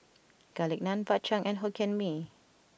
Garlic Naan Bak Chang and Hokkien Mee